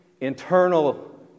internal